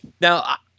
now